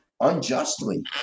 unjustly